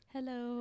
Hello